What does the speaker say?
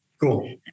Cool